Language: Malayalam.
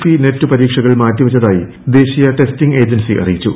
സി നെറ്റ് പരീക്ഷകൾ മാറ്റിവച്ചതായി ദേശീയ ടെസ്റ്റിംഗ് ഏജൻസി അറിയിച്ചു